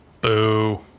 Boo